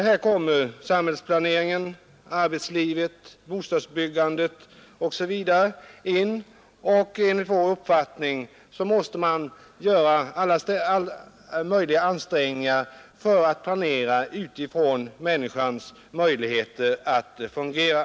Här kommer samhällsplaneringen, arbetslivet, bostadsbyggandet osv. in. Enligt vår uppfattning måste man göra alla tänkbara ansträngningar för att planera utifrån människans möjligheter att fungera.